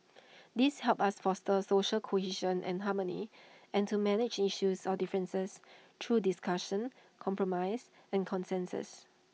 these help us foster social cohesion and harmony and to manage issues or differences through discussion compromise and consensus